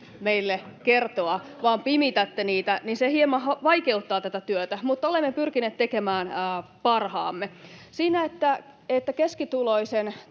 meille kertoa, vaan pimitätte niitä, hieman vaikeuttaa tätä työtä. Mutta olemme pyrkineet tekemään parhaamme. Siinä, että keskituloisen